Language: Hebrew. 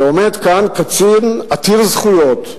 ועומד כאן קצין עתיר זכויות,